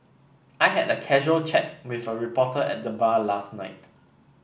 I had a casual chat with a reporter at the bar last night